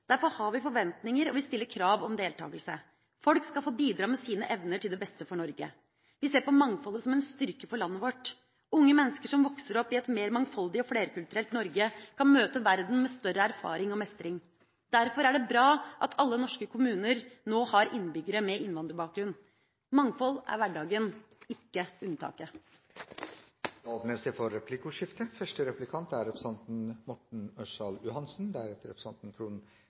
Derfor har vi forventninger, og vi stiller krav om deltakelse. Folk skal få bidra med sine evner til det beste for Norge. Vi ser på mangfoldet som en styrke for landet vårt. Unge mennesker som vokser opp i et mer mangfoldig og flerkulturelt Norge, kan møte verden med større erfaring og mestring. Derfor er det bra at alle norske kommuner nå har innbyggere med innvandrerbakgrunn. Mangfold er hverdagen, ikke unntaket. Det blir åpnet for replikkordskifte. I integreringsmeldingen går det mye på handlingsplaner. Handlingsplaner er